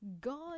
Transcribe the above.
God